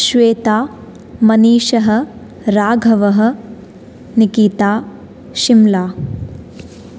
श्वेता मनीषः राघवः नीकिता शिम्ला